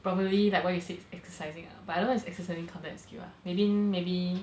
probably like what you said it's exercising ah but I don't know is exercising counted as a skill ah maybe maybe